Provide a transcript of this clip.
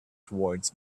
towards